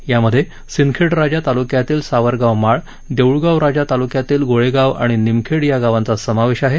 यामध्ये सिंदखेड राजा ताल्क्यातील सावरगांव माळ देऊळगाव राजा ताल्क्यातील गोळेगांव आणि निमखेड या गावांचा समावेश आहे